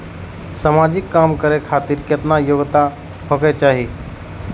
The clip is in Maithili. समाजिक काम करें खातिर केतना योग्यता होके चाही?